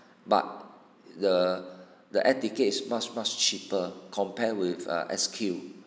but the the air ticket is much much cheaper compare with err S_Q